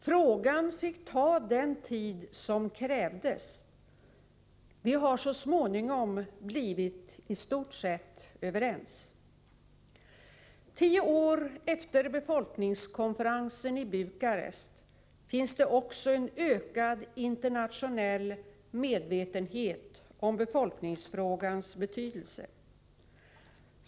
Frågan fick ta den tid som krävdes. Vi har så småningom blivit i stort sett överens. Tio år efter befolkningskonferensen i Bukarest finns det också en ökad internationell medvetenhet om befolkningsfrågans betydelse.